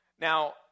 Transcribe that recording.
Now